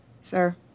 Sir